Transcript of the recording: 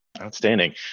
Outstanding